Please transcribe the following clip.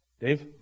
Dave